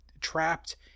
trapped